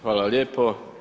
Hvala lijepo.